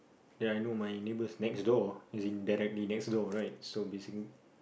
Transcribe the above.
ya I know my neighbors next door as in directly next door right so basically